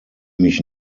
mich